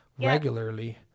regularly